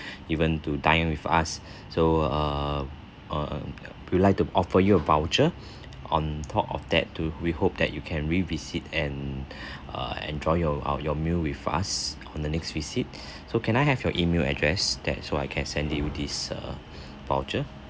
even to dine with us so err err we like to offer you a voucher on top of that to we hope that you can revisit and err enjoy your uh your meal with us on the next visit so can I have your email address that so I can send you this err voucher